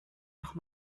noch